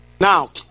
Now